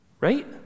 Right